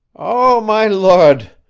oh, my lud!